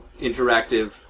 interactive